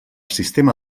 sistema